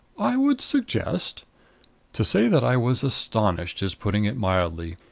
i would suggest to say that i was astonished is putting it mildly.